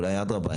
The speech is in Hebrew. אולי אדרבא,